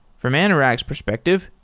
from anurag's perspective,